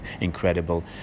incredible